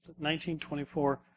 1924